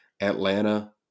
Atlanta